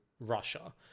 Russia